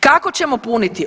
Kako ćemo puniti?